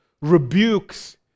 rebukes